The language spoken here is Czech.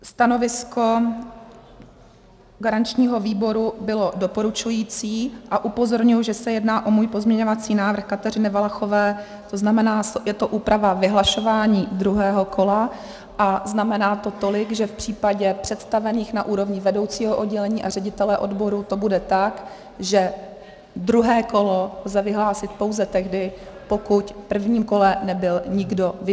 Stanovisko garančního výboru bylo doporučující a upozorňuji, že se jedná o můj pozměňovací návrh, Kateřiny Valachové, to znamená, je to úprava vyhlašování druhého kola a znamená to tolik, že v případě představených na úrovni vedoucího oddělení a ředitele odboru to bude tak, že druhé kolo lze vyhlásit pouze tehdy, pokud v prvním kole nebyl nikdo vybrán.